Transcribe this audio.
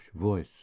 voice